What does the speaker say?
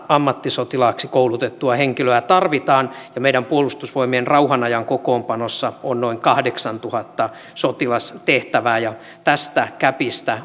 ammattisotilaaksi koulutettua henkilöä ja meidän puolustusvoimien rauhanajan kokoonpanossa on noin kahdeksantuhatta sotilastehtävää ja tästä gäpistä